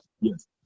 yes